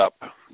up